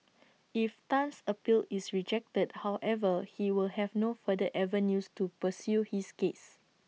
if Tan's appeal is rejected however he will have no further avenues to pursue his case